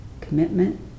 commitment